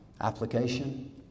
application